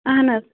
اَہَن حظ